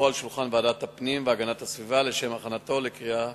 על שולחן ועדת הפנים והגנת הסביבה לשם הכנתה לקריאה